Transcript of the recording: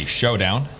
showdown